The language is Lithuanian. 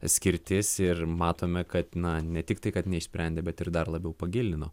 skirtis ir matome kad na ne tiktai kad neišsprendė bet ir dar labiau pagilino